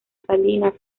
salinas